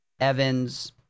Evans